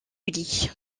lit